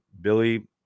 Billy